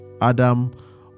adam